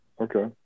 Okay